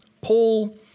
Paul